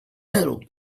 metal